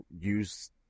use